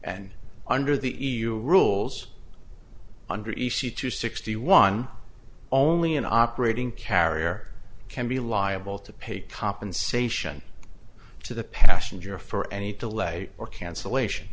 and under the e u rules under e c two sixty one only an operating carrier can be liable to pay compensation to the passenger for any delay or cancellation